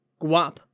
guap